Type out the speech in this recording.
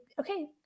okay